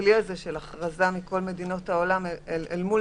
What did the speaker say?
בכלי הזה של הכרזה מכל מדינות העולם אל מול